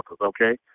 okay